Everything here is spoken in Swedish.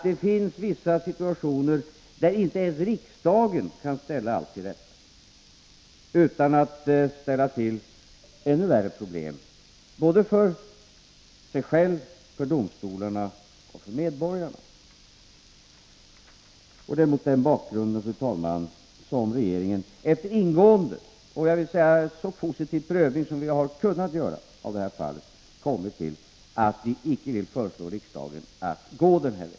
Det finns vissa situationer där inte ens riksdagen kan ställa allt till rätta, utan att skapa ännu värre — Om vissa problem både för sig själv, för domstolarna och för medborgarna. Det är mot skattelindringar för den bakgrunden, fru talman, som regeringen efter ingående och — jag vill delägare i säga det — så positiv prövning som vi har kunnat göra av det här fallet kommit Vänerskog fram till att icke vilja föreslå riksdagen att gå den vägen.